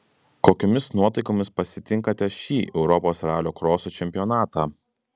kokiomis nuotaikomis pasitinkate šį europos ralio kroso čempionatą